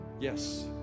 Yes